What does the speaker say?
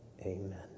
Amen